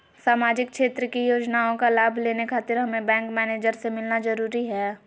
सामाजिक क्षेत्र की योजनाओं का लाभ लेने खातिर हमें बैंक मैनेजर से मिलना जरूरी है?